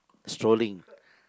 strolling